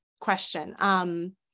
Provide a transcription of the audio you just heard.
question